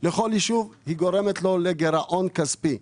לכל ישוב, היא גורמת לו לגירעון כספי.